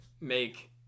make